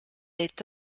est